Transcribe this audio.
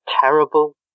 terrible